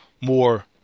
more